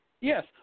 Yes